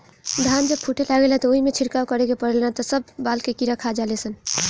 धान जब फूटे लागेला त ओइमे छिड़काव करे के पड़ेला ना त सब बाल के कीड़ा खा जाले सन